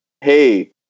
hey